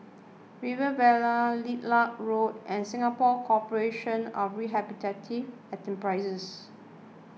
Rivervale Lilac Road and Singapore Corporation of Rehabilitative Enterprises